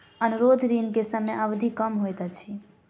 अनुरोध ऋण के समय अवधि कम होइत अछि